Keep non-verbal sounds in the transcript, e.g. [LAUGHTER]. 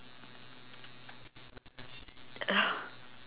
[LAUGHS]